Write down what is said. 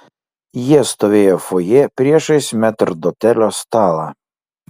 jie stovėjo fojė priešais metrdotelio stalą